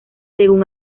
según